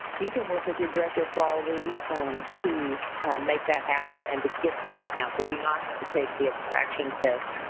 you can work with your director of quality to make that happen and to get them accounts. they do not have to take the abstractions test,